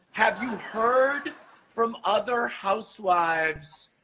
have you heard from other housewives,